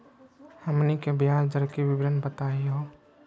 हमनी के ब्याज दर के विवरण बताही हो?